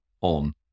on